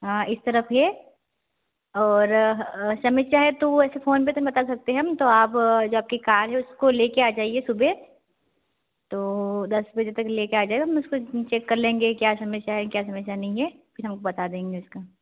हाँ इस तरफ ये और समस्या चाहे तो ऐसे फोन पर तो बात सकते हैं हम तो आप जो आपकी कार है वो ले कर आ जाइए सुबह तो दस बजे तक ले कर आ जाइए हम उसको चेक कर लेंगे क्या समस्या है क्या समस्या नहीं है फिर हम बात देंगे इसको